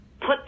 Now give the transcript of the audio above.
put